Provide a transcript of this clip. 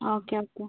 okay okay